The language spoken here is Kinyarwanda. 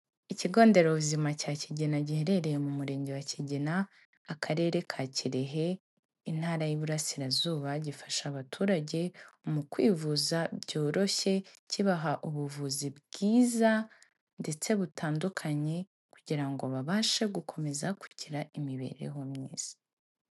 Ikigo nderabuzima cya Kigena, giherereye mu Murenge wa Kigina, Akarere ka Kirehe, Intara y'Iburasirazuba gifasha abaturage mu kwivuza byoroshye, kibaha ubuvuzi bwiza ndetse butandukanye kugira ngo babashe gukomeza kugira imibereho myiza.